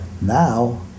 Now